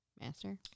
Master